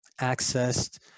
accessed